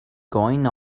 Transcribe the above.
going